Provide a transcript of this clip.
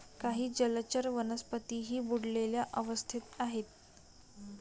काही जलचर वनस्पतीही बुडलेल्या अवस्थेत आहेत